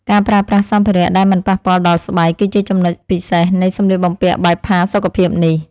ការប្រើប្រាស់សម្ភារៈដែលមិនប៉ះពាល់ដល់ស្បែក គឺជាចំណុចពិសេសនៃសម្លៀកបំពាក់បែបផាសុកភាពនេះ។